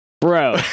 Bro